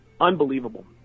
unbelievable